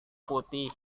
putih